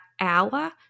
hour